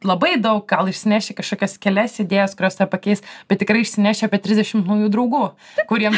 labai daug gal išsineši kažkokias kelias idėjas kurios nepakeis bet tikrai išsineši apie trisdešim naujų draugų kurie